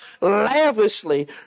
lavishly